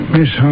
Miss